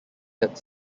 that